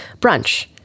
brunch